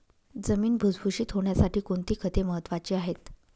जमीन भुसभुशीत होण्यासाठी कोणती खते महत्वाची आहेत?